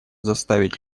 заставить